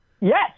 Yes